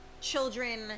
children